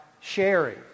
sharing